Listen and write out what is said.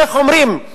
איך אומרים,